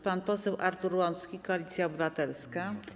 Pan poseł Artur Łącki, Koalicja Obywatelska.